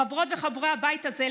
חברות וחברי הבית הזה,